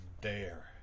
dare